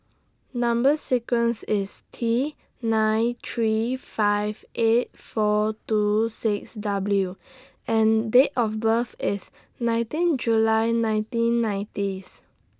Number sequence IS T nine three five eight four two six W and Date of birth IS nineteen July nineteen ninetieth